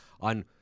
on